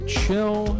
chill